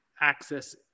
access